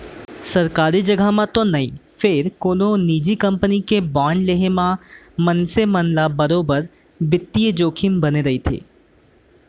सरकारी जघा म तो नई फेर कोनो निजी कंपनी के बांड लेहे म मनसे ल बरोबर बित्तीय जोखिम बने रइथे